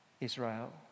Israel